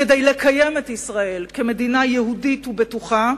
כדי לקיים את ישראל כמדינה יהודית ובטוחה.